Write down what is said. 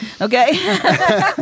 Okay